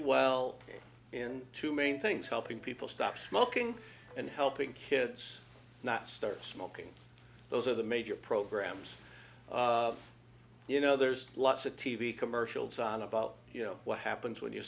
well in two main things helping people stop smoking and helping kids not start smoking those are the major programs you know there's lots of t v commercials on about you know what happens when you